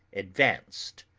advanced.